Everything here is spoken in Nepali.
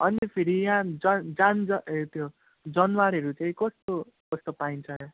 अन्त फेरि याँ ए त्यो जनावरहरू चाहिँ कस्तो कस्तो पाइन्छ